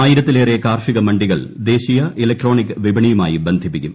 ആയിരത്തിലേറെ കാർഷിക മണ്ഡികൾ ദേശീയ ഇലക്ട്രോണിക് വിപണിയുമായി ബന്ധിപ്പിക്കും